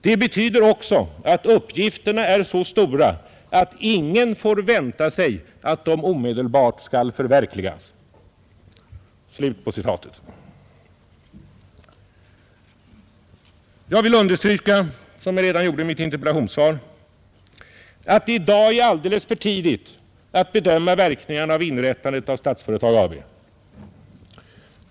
Det betyder också att uppgifterna är så stora att ingen får vänta sig att de omedelbart skall förverkligas.” Jag vill understryka, som jag redan gjort i mitt interpellationssvar, att det i dag är alldeles för tidigt att bedöma verkningarna av inrättandet av Statsföretag AB.